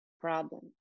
problem